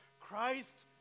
Christ